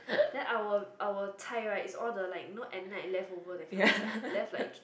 then our our zhai right is all the like you know at night leftover that kind of zhai left like